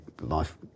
life